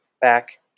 back